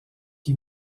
qui